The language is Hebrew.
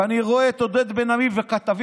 ואני רואה את עודד בן עמי וכתבים,